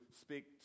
speak